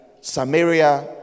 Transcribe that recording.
Samaria